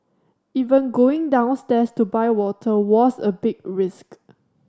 even going downstairs to buy water was a big risk